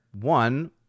one